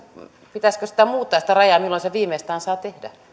pitäisikö sitä rajaa muuttaa milloin sen viimeistään saa tehdä